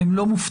הם לא מופתעים,